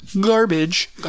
garbage